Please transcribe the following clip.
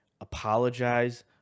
apologize